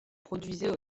produisaient